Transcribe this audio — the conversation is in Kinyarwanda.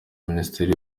minisiteri